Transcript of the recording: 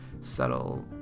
subtle